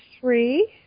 three